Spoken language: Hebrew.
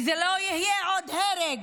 וזה לא יהיה עוד הרג,